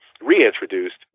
reintroduced